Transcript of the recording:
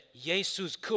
Jesus